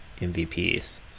MVPs